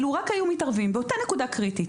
אילו רק היו מתערבים באותה נקודה קריטית